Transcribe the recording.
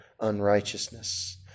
unrighteousness